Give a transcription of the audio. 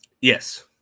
Yes